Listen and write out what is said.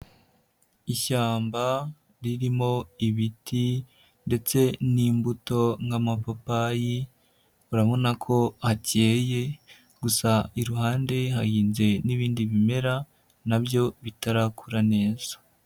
Ishyamba ririmo ibiti ndetse n'imbuto nk'amapapayi, urabona ko hakeye, gusa iruhande hahinze n'ibindi bimera na byo bitarakura neza.